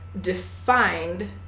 defined